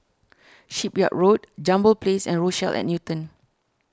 Shipyard Road Jambol Place and Rochelle at Newton